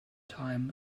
time